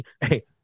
Hey